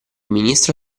ministro